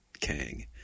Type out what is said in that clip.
kang